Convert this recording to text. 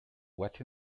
what